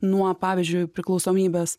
nuo pavyzdžiui priklausomybės